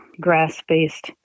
grass-based